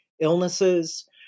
illnesses